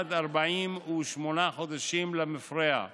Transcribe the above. בעד 48 חודשים למפרע,